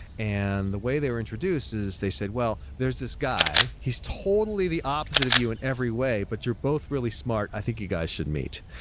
and the way they were introduced is they said, well, there's this guy. he's totally the opposite of you in every way, but you're both really smart. i think you guys should meet.